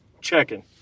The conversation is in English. checking